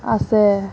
আছে